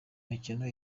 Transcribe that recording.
mikino